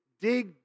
Dig